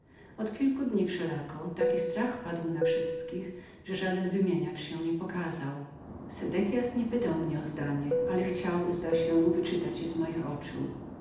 od kilku dni wszelako taki przestrach padł na wszystkich że żaden wymieniacz się nie pokazał sedekias nie pytał mnie o zdanie ale zdawał się chcieć je wyczytać z moich oczu